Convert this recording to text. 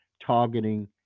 targeting